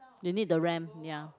they need the ramp ya